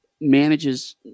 manages